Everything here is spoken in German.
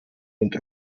und